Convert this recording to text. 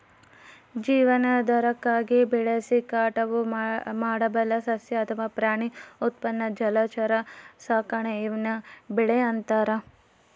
ಜೀವನಾಧಾರಕ್ಕಾಗಿ ಬೆಳೆಸಿ ಕಟಾವು ಮಾಡಬಲ್ಲ ಸಸ್ಯ ಅಥವಾ ಪ್ರಾಣಿ ಉತ್ಪನ್ನ ಜಲಚರ ಸಾಕಾಣೆ ಈವ್ನ ಬೆಳೆ ಅಂತಾರ